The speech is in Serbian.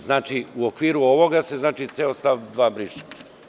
Znači, u okviru ovoga se ceo stav 2. briše.